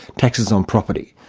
taxes on property.